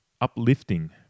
uplifting